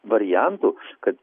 variantų kad